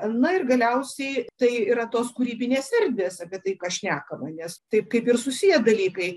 na ir galiausiai tai yra tos kūrybinės erdvės apie tai ką šnekama nes taip kaip ir susiję dalykai